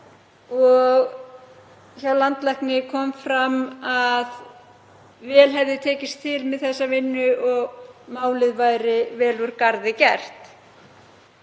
Hjá landlækni kom fram að vel hefði tekist til með þá vinnu og að málið væri vel úr garði gert.